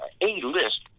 A-list